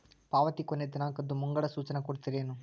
ಪಾವತಿ ಕೊನೆ ದಿನಾಂಕದ್ದು ಮುಂಗಡ ಸೂಚನಾ ಕೊಡ್ತೇರೇನು?